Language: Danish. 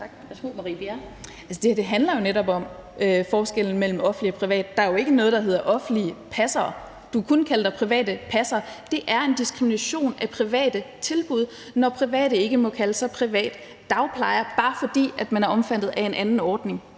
her handler jo netop om forskellen mellem offentlig og privat. Der er jo ikke noget, der hedder offentlige passere. Du kan kun kalde dig for privat passer. Det er en diskrimination af private tilbud, når private ikke må kalde sig for private dagplejere, bare fordi man er omfattet af en anden ordning.